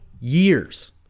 years